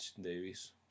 Davis